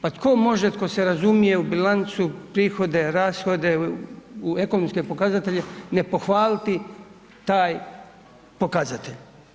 Pa tko može tko se razumije u bilancu, prihode, rashode, u ekonomske pokazatelje, ne pohvaliti taj pokazatelj?